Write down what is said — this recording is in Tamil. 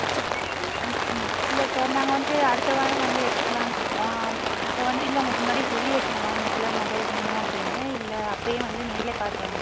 ஆ இல்லை சார் நாங்கள் வந்துவிட்டு அடுத்த வாரம் வந்து எடுத்துக்கலாம்னு இருக்கோம் ஆம் அப்போ வந்து இல்லை உங்களுக்கு முன்னாடியே சொல்லி வைக்கணுமா இந்தக் கலர் மொபைல் வேணும் அப்படின்னு இல்லை அப்போயே வந்து நேரிலேயே பார்த்து வாங்